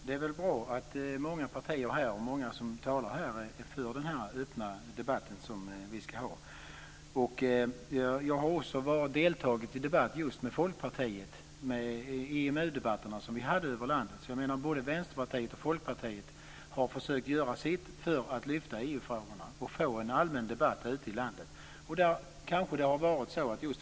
Fru talman! Det är väl bra att många partier är för den öppna debatten. Jag har också deltagit i EMU debatter över landet med Folkpartiet. Vänsterpartiet och Folkpartiet har försökt att göra sitt för att lyfta fram EU-frågorna och få en allmän debatt i landet.